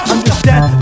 Understand